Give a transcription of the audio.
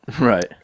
Right